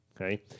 okay